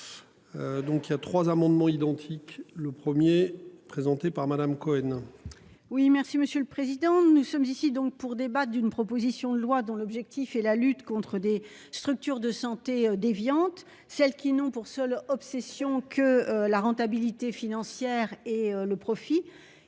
Donc il y a trois amendements identiques, le 1er présentée par Madame Cohen. Oui, merci monsieur le président. Nous sommes ici donc pour débattent d'une proposition de loi dont l'objectif est la lutte contre des structures de santé déviantes celles qui n'ont pour seule obsession, que la rentabilité financière et le profit.